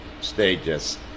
stages